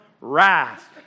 wrath